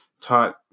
taught